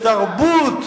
איזו תרבות,